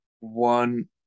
one